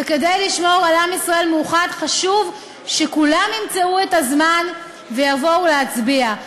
וכדי לשמור על עם ישראל מאוחד חשוב שכולם ימצאו את הזמן ויבואו להצביע.